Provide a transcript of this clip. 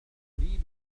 أريد